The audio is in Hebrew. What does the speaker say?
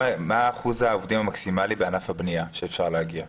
מה אחוז העובדים המקסימלי בענף הבנייה שאפשר להגיע אליו?